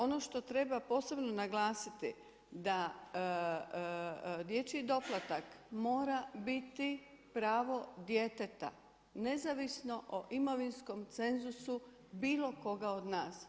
Ono što treba posebno naglasiti, da dječji doplatak mora biti pravo djeteta, nezavisno o imovinskom cenzusu bilo koga od nas.